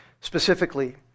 Specifically